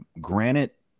granite